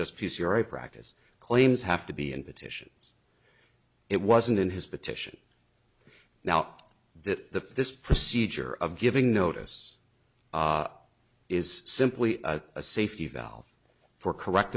just because you're a practice claims have to be in petitions it wasn't in his petition now that this procedure of giving notice is simply a safety valve for